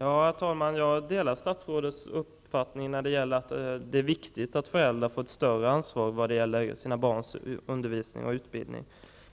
Herr talman! Jag delar statsrådets uppfattning, att det är viktigt att föräldrar får ett större ansvar när det gäller barnens undervisning och utbildning.